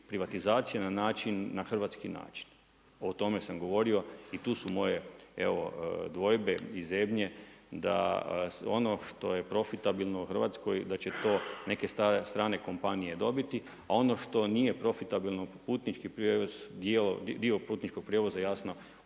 privatizacija na način, na hrvatski način. O tome sam govorio i tu su moje, evo dvojbe i zebnje da ono što je profitabilno u Hrvatskoj da će to neke strane kompanije dobiti a ono što nije profitabilno, putnički prijevoz, dio putničkog prijevoza jasno